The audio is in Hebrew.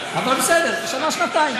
אבל בסדר, שנה-שנתיים.